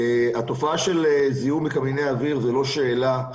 התופעה של זיהום אוויר מקמינים זה לא שאלה.